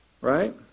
Right